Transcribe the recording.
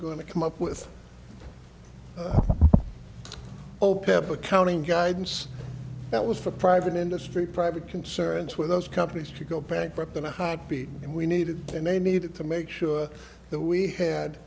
going to come up with oh pip accounting guidance that was for private industry private concerns with those companies to go bankrupt in a heartbeat and we needed and they needed to make sure that we had